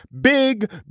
big